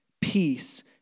peace